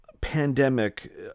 pandemic